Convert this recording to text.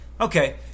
Okay